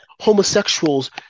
homosexuals